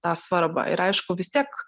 tą svarbą ir aišku vis tiek